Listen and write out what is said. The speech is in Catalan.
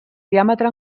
diàmetre